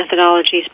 methodologies